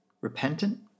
Repentant